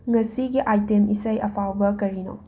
ꯉꯁꯤꯒꯤ ꯑꯥꯏꯇꯦꯝ ꯏꯁꯩ ꯑꯐꯥꯎꯕ ꯀꯔꯤꯅꯣ